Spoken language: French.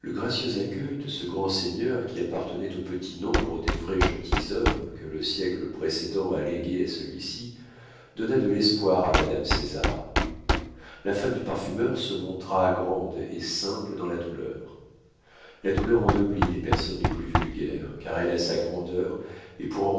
gracieux accueil de ce grand seigneur qui appartenait au petit nombre des vrais gentilshommes que le siècle précédent a légués à celui-ci donna de l'espoir à madame césar la femme du parfumeur se montra grande et simple dans la douleur la douleur ennoblit les personnes les plus vulgaires car elle a sa grandeur